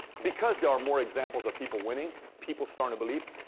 because there are more examples of people winning, people start to believe,